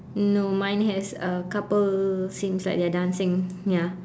no mine has a couple seems like they're dancing ya